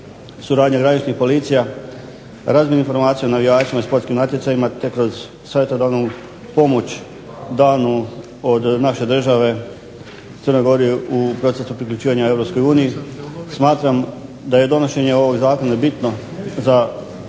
suradnja graničnih policija, razmjena informacija o navijačima i sportskim natjecanjima te kroz savjetodavnu pomoć danu od naše države Crnoj Gori u procesu priključivanja Europskoj uniji. Smatram da je donošenje ovog zakona bitno za